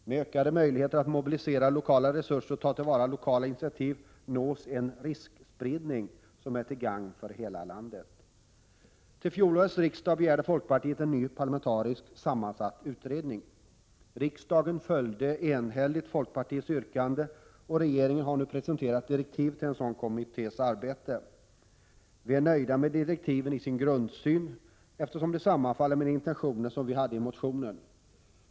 Med ökade möjligheter att mobilisera lokala resurser och ta till vara lokala initiativ nås en ”riskspridning”, som är till gagn för hela landet. Vid fjolårets riksdag begärde folkpartiet en ny parlamentariskt sammansatt utredning. Riksdagen följde enhälligt folkpartiets yrkande, och regeringen har nu presenterat direktiv till en sådan kommitté. Vi är nöjda med direktivens grundsyn, eftersom de sammanfaller med de intentioner vi hade i motionen.